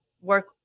work